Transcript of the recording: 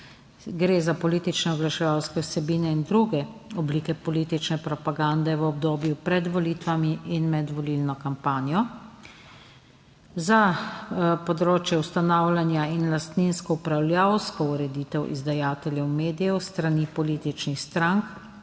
Gre za politično oglaševalske vsebine in druge oblike politične propagande v obdobju pred volitvami in med volilno kampanjo. Ustanavljanja in lastninsko upravljavsko ureditev izdajateljev medijev s strani političnih strank